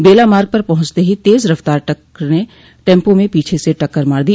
बेला मार्ग पर पहुंचते ही तेज रफ्तार ट्रक ने टेम्पो में पीछे से टक्कर मार दी